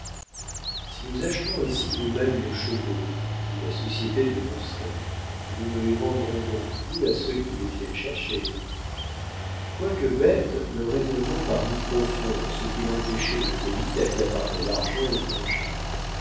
si nous achetons ainsi nous-mêmes nos chevaux dit la société du ronceret nous ne les vendrons donc plus à ceux qui les viennent chercher quoique bête le raisonnement parut profond en ce qu'il empêchait le pays d'accaparer l'argent étranger